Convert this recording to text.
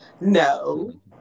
No